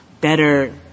better